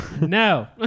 no